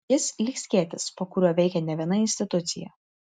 jis lyg skėtis po kuriuo veikia ne viena institucija